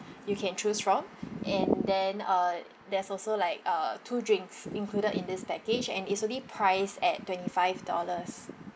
you can choose from and then uh there's also like uh two drinks included in this package and it's only priced at twenty five dollars